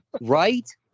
Right